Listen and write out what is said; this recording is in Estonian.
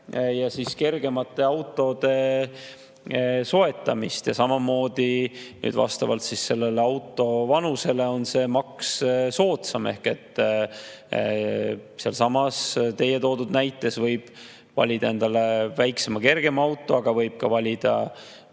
ja kergemate autode soetamist. Samamoodi on vastavalt auto vanusele see maks soodsam. Sealsamas teie toodud näites võib valida endale väiksema, kergema auto, aga võib ka valida